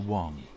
Wong